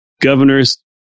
Governors